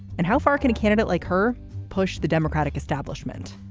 and how far can a candidate like her push the democratic establishment.